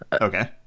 okay